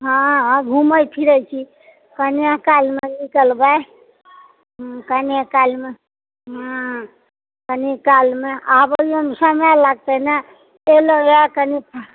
हँ घुमए फिरए छी कनिए कालमे निकलबए कनिए कालमे कनि कालमे आबैओमे समय लागते नहि ताहि लए ओएह कनि